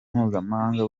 mpuzamahanga